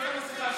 זאת המסכה שלי.